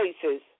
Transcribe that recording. places